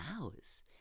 hours